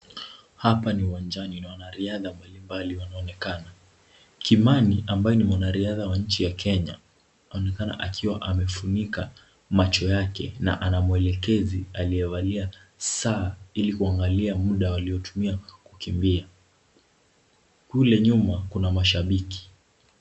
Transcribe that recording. Hapa ni uwanjani na wanariadha mbali mbali wanaonekana. Kimani ambaye ni mwanariadha wa nchi ya Kenya, anaonekana akiwa amefunika macho yake na ana muelekezi aliyevalia saa, ili kuangalia muda waliotumia kukimbia. Kule nyuma kuna mashabiki.